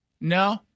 No